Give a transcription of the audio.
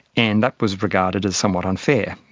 and that was regarded as somewhat unfair,